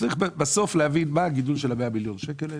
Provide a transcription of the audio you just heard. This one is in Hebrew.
צריך בסוף להבין את הגידול של 100 מיליון השקלים האלה.